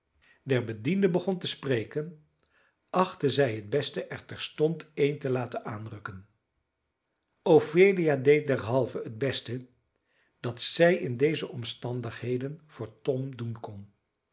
der bedienden begon te spreken achtte zij het beste er terstond een te laten aanrukken ophelia deed derhalve het beste dat zij in deze omstandigheden voor tom doen kon